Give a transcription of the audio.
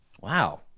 Wow